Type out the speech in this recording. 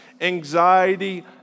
anxiety